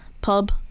pub